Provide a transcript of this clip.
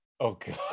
Okay